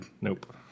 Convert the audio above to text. Nope